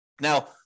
Now